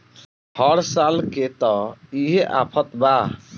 हर साल के त इहे आफत बा